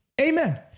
amen